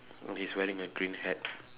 he's wearing a green hat